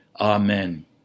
Amen